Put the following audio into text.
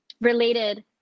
related